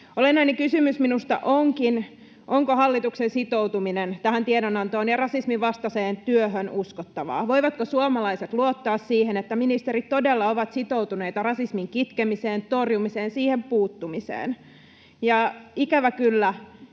Olennainen kysymys minusta onkin, onko hallituksen sitoutuminen tähän tiedonantoon ja rasismin vastaiseen työhön uskottavaa, voivatko suomalaiset luottaa siihen, että ministerit todella ovat sitoutuneita rasismin kitkemiseen, torjumiseen, siihen puuttumiseen. Ikävä kyllä,